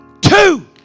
two